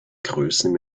größen